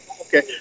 okay